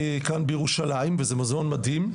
כאן בירושלים וזה מוזיאון מדהים,